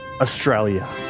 Australia